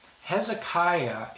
Hezekiah